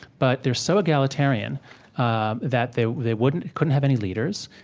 but they're so egalitarian um that they they wouldn't couldn't have any leaders.